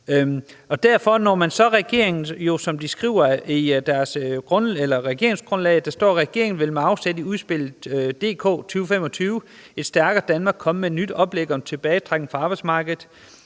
eller hvad ved jeg. Regeringen skriver i regeringsgrundlaget: »Regeringen vil med afsæt i udspillet DK2025 – Et stærkere Danmark komme med et nyt oplæg om tilbagetrækning fra arbejdsmarkedet«.